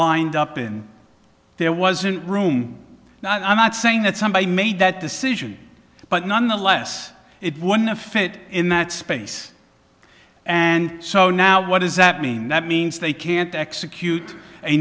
lined up in there wasn't room now i'm not saying that somebody made that decision but nonetheless it wouldn't have fit in that space and so now what does that mean that means they can't execute a